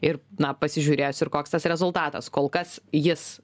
ir na pasižiūrėsiu ir koks tas rezultatas kol kas jis